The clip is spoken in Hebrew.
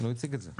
כן הוא הציג את זה.